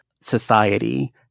society